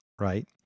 right